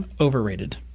Overrated